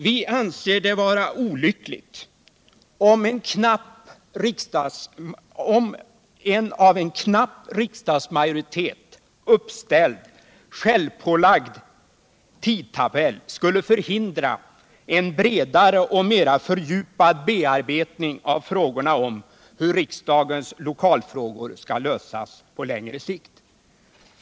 Vi anser det vara olyckligt om en av en knapp riksdagsmajoritet uppställd, självpålagd tidtabell skulle förhindra en bredare och mera fördjupad bearbetning av problemet hur riksdagens lokalfrågor skall lösas på längre sikt.